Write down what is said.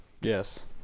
yes